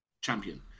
champion